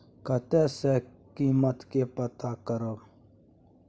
कतय सॅ कीमत के पता करब?